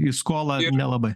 į skolą nelabai